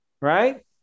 right